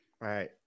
Right